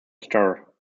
star